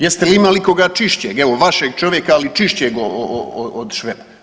Jeste li imali ikoga čišćeg, evo, vašeg čovjeka, ali čišćeg od Šveba?